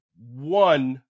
One